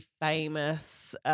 famous